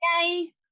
Yay